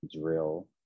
drill